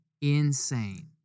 Insane